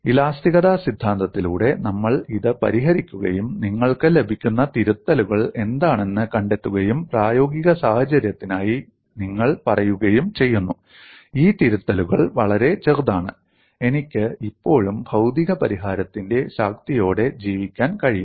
ഇലാസ്തികത സിദ്ധാന്തത്തിലൂടെ നമ്മൾ ഇത് പരിഹരിക്കുകയും നിങ്ങൾക്ക് ലഭിക്കുന്ന തിരുത്തലുകൾ എന്താണെന്ന് കണ്ടെത്തുകയും പ്രായോഗിക സാഹചര്യത്തിനായി നിങ്ങൾ പറയുകയും ചെയ്യുന്നു ഈ തിരുത്തലുകൾ വളരെ ചെറുതാണ് എനിക്ക് ഇപ്പോഴും ഭൌതിക പരിഹാരത്തിന്റെ ശക്തിയോടെ ജീവിക്കാൻ കഴിയും